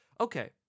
Okay